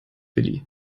willi